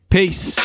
Peace